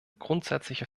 grundsätzliche